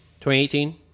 2018